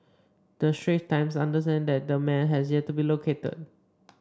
the Straits Times understands that the man has yet to be located